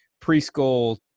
preschool